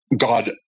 God